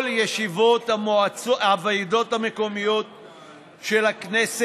כל ישיבות הוועדות של הכנסת